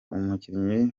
umukinnyi